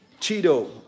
Cheeto